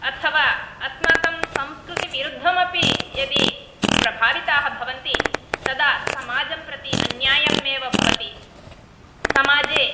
अथवा अस्माकं संस्कृतिविरुद्धमपि यदि प्रभाविताः भवन्ति तदा समाजं प्रति अन्यायमेव भवति समाजे